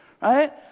right